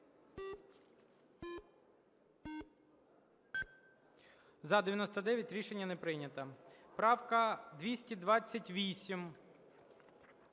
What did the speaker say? За-99 Рішення не прийнято. Правка 228.